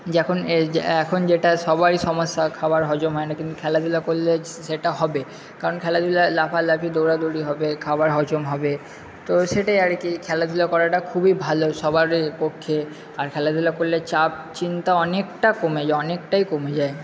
যখন এখন যেটা সবারই সমস্যা খাবার হজম হয় না কিন্তু খেলাধুলা করলে সেটা হবে কারণ খেলাধুলা লাফা লাফি দৌড়াদৌড়ি হবে খাবার হজম হবে তো সেটাই আর কি খেলাধুলা করাটা খুবই ভালো সবারই পক্ষে আর খেলাধুলা করলে চাপ চিন্তা অনেকটা কমে যায় অনেকটাই কমে যায়